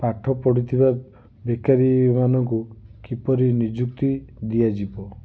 ପାଠ ପଢ଼ୁଥିବା ବେକାରୀ ମାନଙ୍କୁ କିପରି ନିଯୁକ୍ତି ଦିଆଯିବ